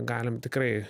galim tikrai